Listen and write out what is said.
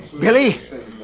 Billy